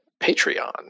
Patreon